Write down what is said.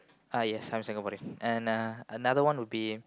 uh yes I'm Singaporean and uh another one would be